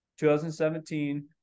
2017